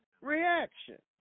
reaction